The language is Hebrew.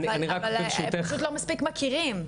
אני רק ברשותך --- אבל פשוט לא מספיק מכירים.